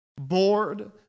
bored